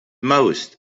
most